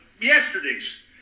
yesterdays